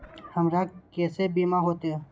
हमरा केसे बीमा होते?